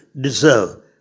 deserve